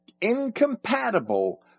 incompatible